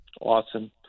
Awesome